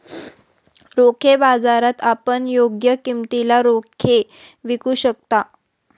रोखे बाजारात आपण योग्य किमतीला रोखे विकू शकता